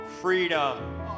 Freedom